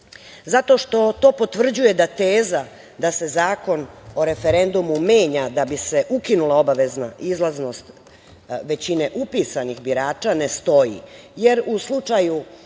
zato što to potvrđuje da teza da se Zakon o referendumu menja da bi se ukinula obavezna izlasnost većine upisanih birača ne stoji,